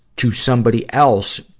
to somebody else,